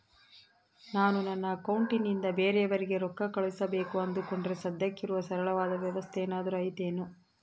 ನಾನು ನನ್ನ ಅಕೌಂಟನಿಂದ ಬೇರೆಯವರಿಗೆ ರೊಕ್ಕ ಕಳುಸಬೇಕು ಅಂದುಕೊಂಡರೆ ಸದ್ಯಕ್ಕೆ ಇರುವ ಸರಳವಾದ ವ್ಯವಸ್ಥೆ ಏನಾದರೂ ಐತೇನು?